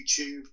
YouTube